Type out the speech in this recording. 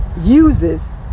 uses